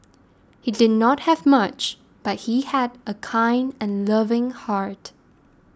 he did not have much but he had a kind and loving heart